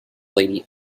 lady